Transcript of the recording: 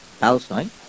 Palestine